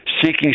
seeking